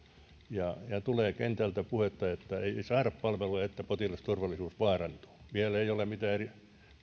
ja tulee kentältä puhetta että ei saada palveluja ja että potilasturvallisuus vaarantuu vielä ei ole